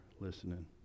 listening